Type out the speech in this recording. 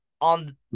on